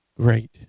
great